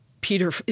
Peter